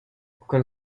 con